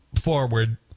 forward